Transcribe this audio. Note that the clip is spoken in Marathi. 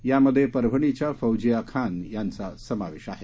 यामध्ये परभणीच्या फौजिया खान यांचा समावेश आहे